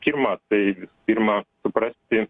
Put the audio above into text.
pirma tai pirma suprasti